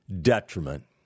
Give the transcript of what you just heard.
detriment